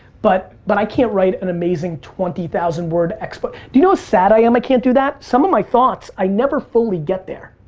but but i can't write an amazing twenty thousand word expo. do you know how sad i am, i can't do that? some of my thoughts, i never fully get there,